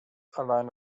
allein